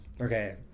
Okay